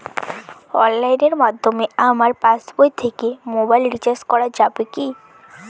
অনলাইনের মাধ্যমে আমার পাসবই থেকে মোবাইল রিচার্জ করা যাবে কি?